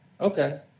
Okay